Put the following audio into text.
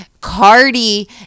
Cardi